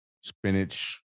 spinach